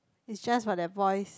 it's just for the boys